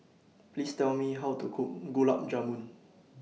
Please Tell Me How to Cook Gulab Jamun